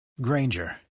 Granger